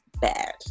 bad